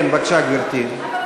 כן, בבקשה, גברתי.